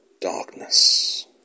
darkness